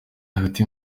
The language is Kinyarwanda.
hagati